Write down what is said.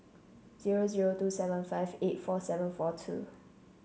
zero zero two seven five eight four seven four two